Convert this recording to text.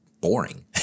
boring